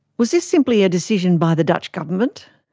was this simply a decision by the dutch government?